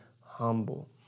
humble